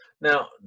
Now